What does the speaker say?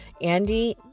Andy